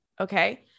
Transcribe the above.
Okay